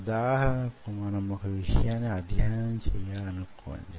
ఉదాహరణకు మన మొక విషయాన్ని అధ్యయనం చేయాలనుకొండి